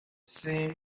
same